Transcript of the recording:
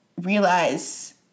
realize